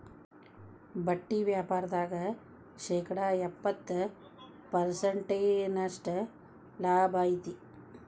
ಬಟ್ಟಿ ವ್ಯಾಪಾರ್ದಾಗ ಶೇಕಡ ಎಪ್ಪ್ತತ ಪರ್ಸೆಂಟಿನಷ್ಟ ಲಾಭಾ ಐತಿ